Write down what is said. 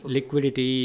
Liquidity